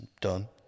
done